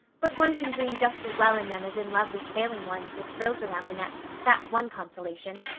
but one can dream just as well in them as in lovely trailing ones, with frills around the neck, that's one consolation.